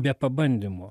be pabandymo